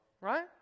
Right